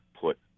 put